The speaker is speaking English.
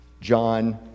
John